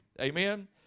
Amen